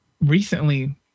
recently